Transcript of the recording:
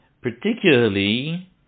particularly